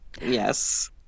yes